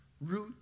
root